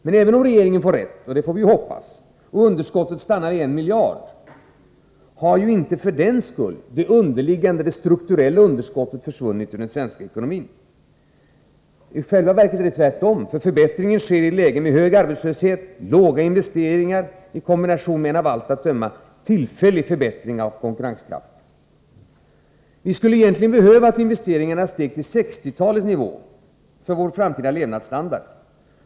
Men även om regeringen får rätt — och det får vi hoppas — och underskottet stannar vid en miljard kronor, har för den skull inte det underliggande, det strukturella underskottet försvunnit ur svensk ekonomi. I själva verket är det tvärtom. Förbättringen sker i ett läge med hög arbetslöshet och låga investeringar i kombination med en — av allt att döma — tillfällig förbättring av konkurrenskraften. Det skulle egentligen behövas att investeringarna steg till 1960-talets nivåer; det vore välbehövligt för vår framtida levnadsstandard.